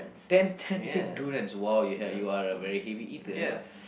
ten ten big durians !wow! you are you are a very heavy eater ah